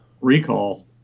recall